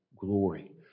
glory